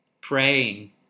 praying